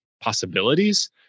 possibilities